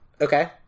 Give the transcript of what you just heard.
Okay